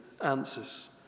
answers